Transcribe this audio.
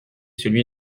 celui